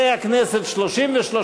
ההצעה להעביר את הצעת חוק השידור הציבורי,